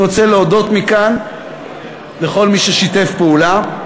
אני רוצה להודות מכאן לכל מי ששיתף פעולה.